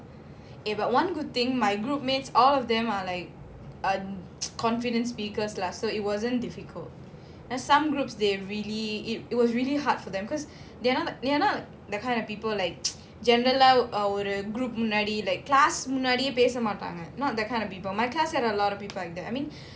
eh but one good thing my group mates all of them are like err confident speakers lah so it wasn't difficult some groups they really it it was really hard for them cause they are not they are not the kind of people like எனா:yena lah முன்னாடி:munnadi like class முன்னாடியேபேசமாட்டாங்க:munnadie pesa matanga not the kind of people my class a lot of people that I mean